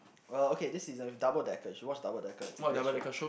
uh okay this season double-decker you should watch double-decker it's a great show